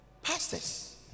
pastors